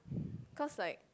cause like